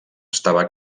estava